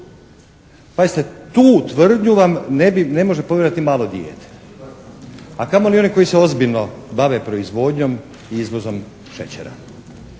Pazite, tu tvrdnju vam ne može povjerovati ni malo dijete a kamoli oni koji se ozbiljno bave proizvodnjom i izvozom šećera.